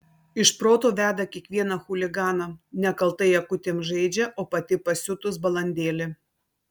iš proto veda kiekvieną chuliganą nekaltai akutėm žaidžia o pati pasiutus balandėlė